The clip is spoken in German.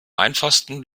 einfachsten